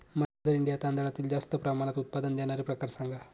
mother India तांदळातील जास्त प्रमाणात उत्पादन देणारे प्रकार सांगा